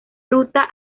ruta